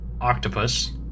octopus